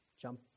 jump